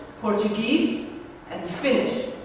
portuguese and finnish.